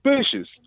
suspicious